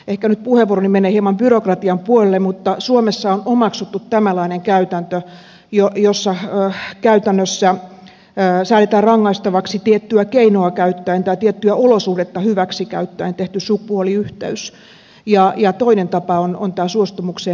ehkä nyt puheenvuoroni menee hieman byrokratian puolelle mutta suomessa on omaksuttu tämänlainen käytäntö jossa käytännössä säädetään rangaistavaksi tiettyä keinoa käyttäen tai tiettyä olosuhdetta hyväksi käyttäen tehty sukupuoliyhteys ja toinen tapa on tämä suostumukseen perustuva